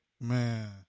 Man